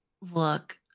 look